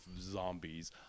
zombies